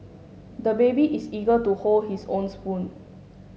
the baby is eager to hold his own spoon